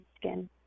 skin